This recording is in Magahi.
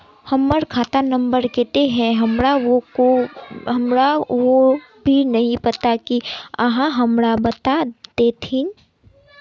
हमर खाता नम्बर केते है हमरा वो भी नहीं पता की आहाँ हमरा बता देतहिन?